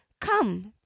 come